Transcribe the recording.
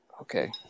Okay